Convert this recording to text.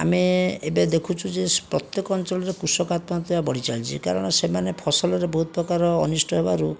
ଆମେ ଏବେ ଦେଖୁଛୁ ଯେ ପ୍ରତ୍ୟେକ ଅଞ୍ଚଳରେ କୃଷକ ଆତ୍ମହତ୍ୟା ବଢ଼ି ଚାଲିଛି କାରଣ ସେମାନେ ଫସଲରେ ବହୁତ ପ୍ରକାର ଅନିଷ୍ଟ ହେବାରୁ